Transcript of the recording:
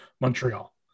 Montreal